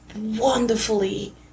wonderfully